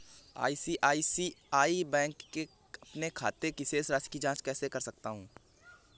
मैं ICICI bank के अपने खाते की शेष राशि की जाँच कैसे कर सकता हूँ?